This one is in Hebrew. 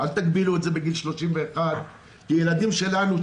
ואל תגבילו את זה עד גיל 31 כי הילדים שלנו,